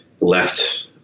Left